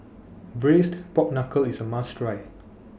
Braised Pork Knuckle IS A must Try